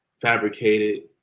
fabricated